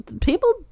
people